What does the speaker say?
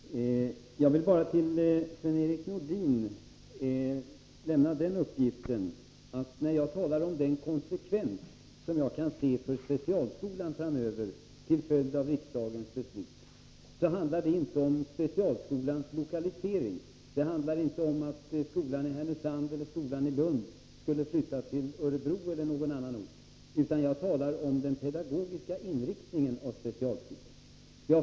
Herr talman! Jag vill bara till Sven-Erik Nordin lämna den uppgiften, att när jag talar om den konsekvens som jag kan se för specialskolan framöver till följd av riksdagens beslut, så handlar det inte om specialskolans lokalisering eller om att skolan i Härnösand eller i Lund skulle flytta till Örebro eller någon annan ort, utan jag talar om den pedagogiska inriktningen för specialskolan.